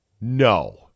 No